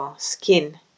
skin